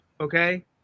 Okay